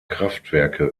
kraftwerke